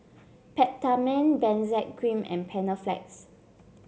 Peptamen Benzac Cream and Panaflex